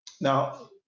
Now